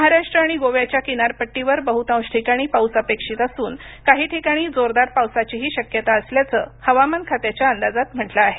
महाराष्ट्र आणि गोव्याच्या किनारपट्टीवर बहुतांश ठिकाणी पाऊस अपेक्षित असून काही ठिकाणी जोरदार पावसाचीही शक्यता असल्याचं हवामान खात्याच्या अंदाजात म्हटलं आहे